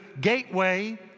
gateway